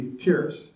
tears